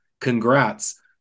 congrats